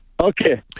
Okay